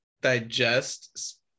digest